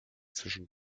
zwischen